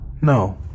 No